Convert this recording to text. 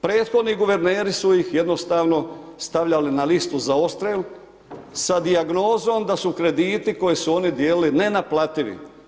Prethodni guverneri su ih jednostavno stavljali na listu za odstrel sa dijagnozom da su krediti koje su oni dijelili nenaplativi.